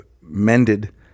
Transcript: mended